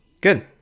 Good